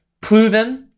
proven